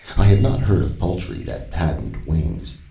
i have not heard of poultry that hadn't wings.